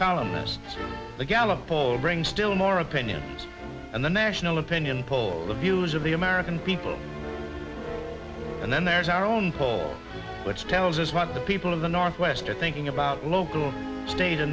columnists the gallup poll brings still more opinions and the national opinion poll the views of the american people and then there's our own poll which tells us what the people of the northwest are thinking about local state a